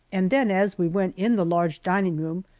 and then, as we went in the large dining room,